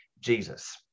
Jesus